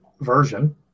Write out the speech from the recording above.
version